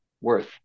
worth